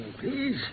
please